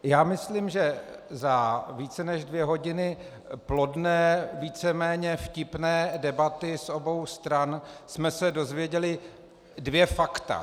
Já myslím, že za více než dvě hodiny plodné, víceméně vtipné debaty z obou stran jsme se dozvěděli dvě fakta.